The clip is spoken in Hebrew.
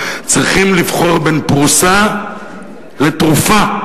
צריכים לבחור בין פרוסה לתרופה.